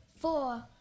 four